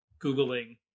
Googling